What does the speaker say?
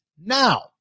Now